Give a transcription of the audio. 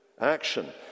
action